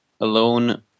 alone